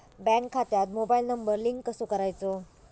Bank खात्यात mobile number link कसो करायचो?